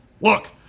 Look